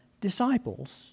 disciples